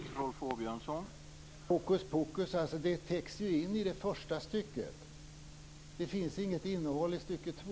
Herr talman! Det här är rena rama hokuspokus. Detta täcks ju in i det första stycket. Det finns inget innehåll i stycke två.